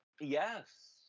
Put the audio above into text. Yes